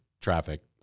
traffic